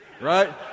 right